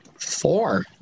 Four